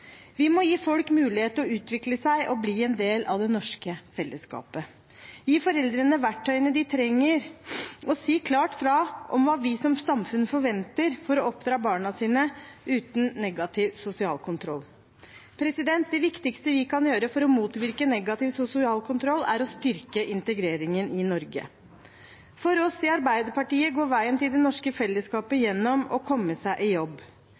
Vi må gi folk mulighet til å utvikle seg og bli en del av det norske fellesskapet, gi foreldrene de verktøyene de trenger, og si klart fra om hva vi som samfunn forventer når det gjelder å oppdra barna uten negativ sosial kontroll. Det viktigste vi kan gjøre for å motvirke negativ sosial kontroll, er å styrke integreringen i Norge. For oss i Arbeiderpartiet går veien til det norske fellesskapet gjennom det å komme seg i jobb.